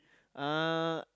uh